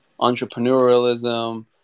entrepreneurialism